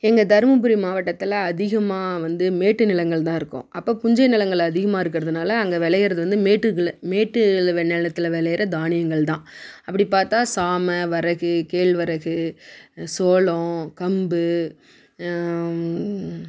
எங்கள் தர்மபுரி மாவட்டத்தில் அதிகமாக வந்து மேட்டு நிலங்கள் தான் இருக்கும் அப்போ புஞ்சை நிலங்கள் அதிகமாக இருக்கிறதுனால அங்கே விளையிறது வந்து மேட்டு இதில் மேட்டு நிலத்துல விளையிற தானியங்கள் தான் அப்படி பார்த்தா சாமை வரகு கேழ்வரகு சோளம் கம்பு